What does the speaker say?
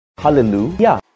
Hallelujah